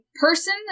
person